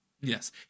Yes